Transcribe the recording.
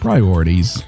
Priorities